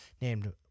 named